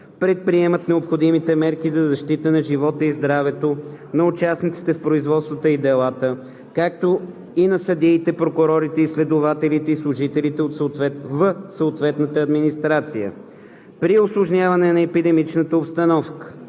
предприемат необходимите мерки за защита на живота и здравето на участниците в производствата и делата, както и на съдиите, прокурорите, следователите и служителите в съответната администрация. При усложняване на епидемичната обстановка